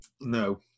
No